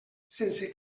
sense